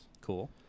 Cool